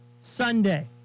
Sunday